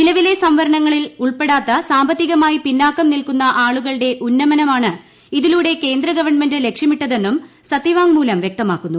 നിലവിലെ സംവരണങ്ങളിൽ ഉൾപ്പെടാത്ത സാമ്പത്തികമായി പിന്നാക്കം നിൽക്കുന്ന ആളുകളുടെ ഉന്നമനമാണ് ഇതിലൂടെ കേന്ദ്ര ഗവൺമെന്റ് ലക്ഷ്യമിട്ടതെന്നും സത്യവാങ്മൂലം വ്യക്തമാക്കുന്നു